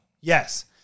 Yes